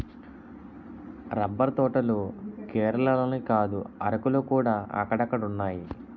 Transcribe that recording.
rubber తోటలు కేరళలోనే కాదు అరకులోకూడా అక్కడక్కడున్నాయి